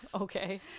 Okay